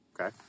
Okay